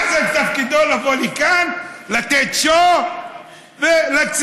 חזן, תפקידו לבוא לכאן, לתת שואו ולצאת.